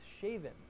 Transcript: shaven